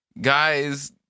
guys